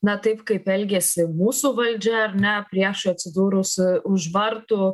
na taip kaip elgiasi mūsų valdžia ar ne priešui atsidūrus už vartų